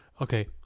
okay